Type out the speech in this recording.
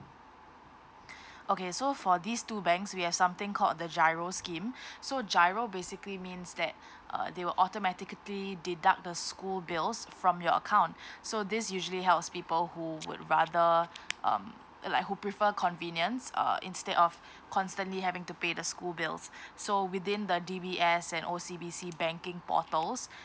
okay so for these two banks we have something called the GIRO scheme so GIRO basically means that uh they will automatically deduct the school bills from your account so this usually helps people who would rather um uh like who prefer convenience uh instead of constantly having to pay the school bills so within the D_B_S and O_C_B_C banking portals